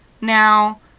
Now